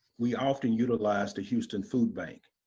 we often utilize the houston food bank.